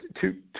two